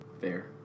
Fair